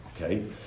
Okay